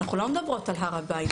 אנחנו לא מדברות על הר הבית.